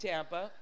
Tampa